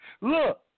Look